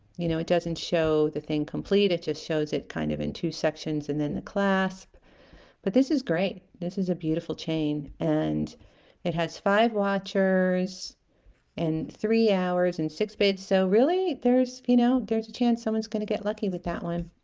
you know it doesn't show the thing complete it just shows it kind of in two sections and then the clasp but this is great this is a beautiful chain and it has five watchers and three hours and six bids so really there's you know there's a chance someone's gonna get lucky with that one